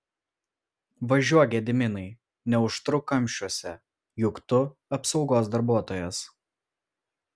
važiuok gediminai neužtruk kamščiuose juk tu apsaugos darbuotojas